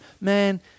Man